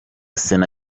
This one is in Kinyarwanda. sena